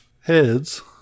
Heads